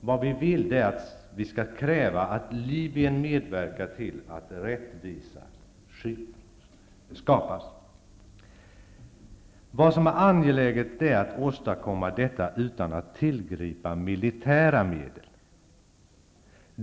Vad vi vill är att Sverige skall kräva att Libyen skall medverka till att rättvisa skipas. Det är angeläget att åstadkomma detta utan att tillgripa militära medel.